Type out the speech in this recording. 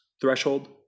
threshold